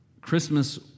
Christmas